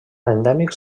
endèmics